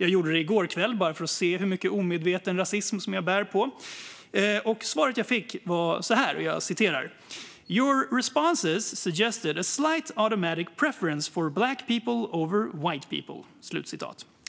Jag gjorde det i går kväll bara för att se hur mycket omedveten rasism jag bär på. Svaret jag fick var: Your responses suggested a slight automatic preference for black people over white people.